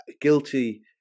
guilty